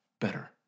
better